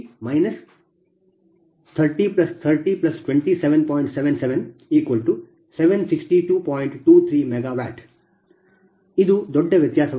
23 MW ಇದು ದೊಡ್ಡ ವ್ಯತ್ಯಾಸವಾಗಿದೆ